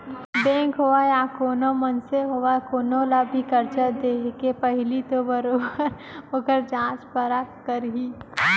bank होवय या कोनो मनसे होवय कोनो ल भी करजा देके पहिली तो बरोबर ओखर जाँच परख करही